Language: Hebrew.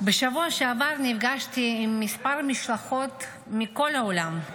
בשבוע שעבר נפגשתי עם כמה משלחות מכל העולם,